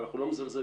ואנחנו לא מזלזלים,